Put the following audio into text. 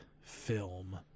film